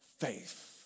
faith